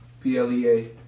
plea